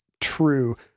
true